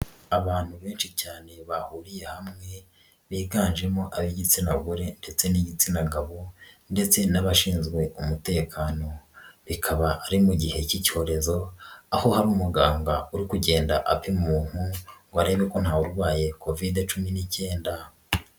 Abantu benshi cyane bahuriye hamwe biganjemo ab'igitsina gore ndetse n'igitsina gabo ndetse n'abashinzwe umutekano, bikaba ari mu gihe cy'icyorezo, aho hari umuganga uri kugenda apima umuntu ngo arebe ko nta we urwaye kovide cumi n'icyenda.